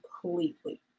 completely